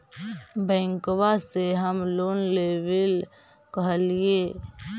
बैंकवा से हम लोन लेवेल कहलिऐ?